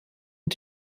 und